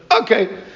okay